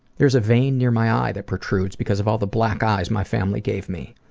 there's a vein near my eye that protrudes because of all the black eyes my family gave me.